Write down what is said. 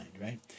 right